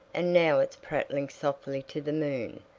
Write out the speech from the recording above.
and now it's prattling softly to the moon,